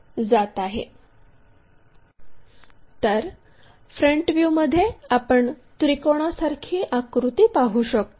तर फ्रंट व्ह्यूमध्ये आपण त्रिकोणासारखी आकृती पाहू शकतो